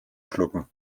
schlucken